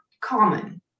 common